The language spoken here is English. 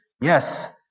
Yes